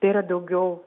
tai yra daugiau